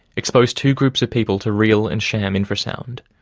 exposed two groups of people to real and sham infrasound.